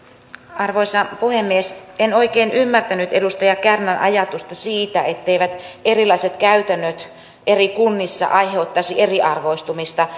arvoisa puhemies en oikein ymmärtänyt edustaja kärnän ajatusta siitä etteivät erilaiset käytännöt eri kunnissa aiheuttaisi eriarvoistumista